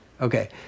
Okay